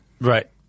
Right